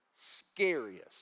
scariest